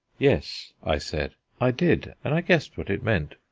yes, i said, i did, and i guessed what it meant.